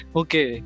okay